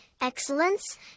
excellence